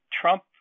Trump